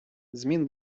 змін